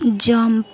jump